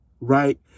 Right